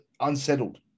unsettled